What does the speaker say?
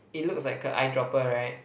it looks like a eye dropper right